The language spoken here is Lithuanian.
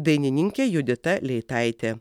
dainininkė judita leitaitė